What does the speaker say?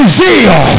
zeal